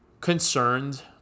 concerned